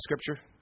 scripture